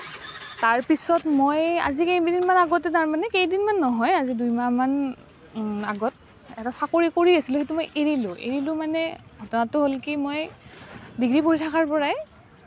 তাৰপিছত মই আজি কেইদিনমান আগতে তাৰমানে কেইদিনমান নহয় আজি দুই মাহমান আগত এটা চাকৰি কৰি আছিলোঁ সেইটো মই এৰিলোঁ এৰিলোঁ মানে কথাটো হ'ল কি মই ডিগ্ৰী পঢ়ি থকাৰ পৰাই